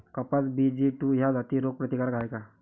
कपास BG two ह्या जाती रोग प्रतिकारक हाये का?